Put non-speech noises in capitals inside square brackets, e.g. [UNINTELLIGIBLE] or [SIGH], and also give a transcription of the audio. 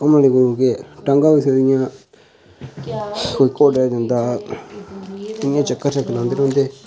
[UNINTELLIGIBLE] टांगां होई सकदियां कोई घोडे़ र जंदा इ'यां चक्कर शक्कर लांदे रौहंदे